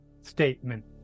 statement